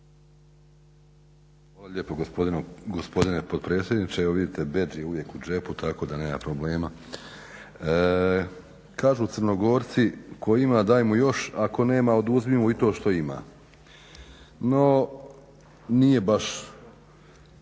Hvala lijepo gospodine potpredsjedniče. Evo vidite bedž je uvijek u džepu tako da nema problema. Kažu Crnogorci tko ima daj mu još, a tko nema oduzmi mu i to što ima. No, nije baš